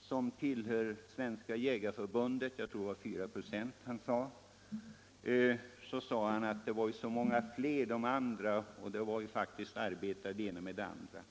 som tillhör Svenska jägareförbundet. Han sade att de övriga inom förbundet var så många fler.